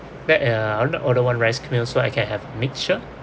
back uh I want to order one rice meal so I can have mixture